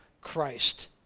Christ